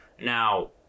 Now